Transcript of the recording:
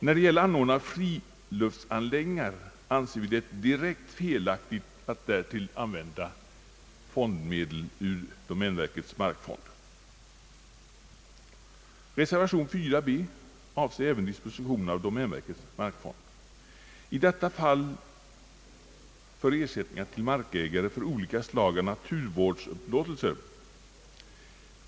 När det gäller anordnandet av friluftsanläggningar anser vi det direkt felaktigt att därtill användes domänverkets markfond. Reservation b avser även disposition av domänverkets markfond, i detta fall för ersättningar till markägare för olika slag av markupplåtelser för naturvårdsändamål.